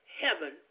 heaven